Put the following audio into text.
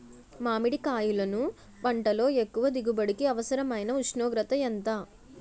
మామిడికాయలును పంటలో ఎక్కువ దిగుబడికి అవసరమైన ఉష్ణోగ్రత ఎంత?